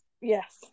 yes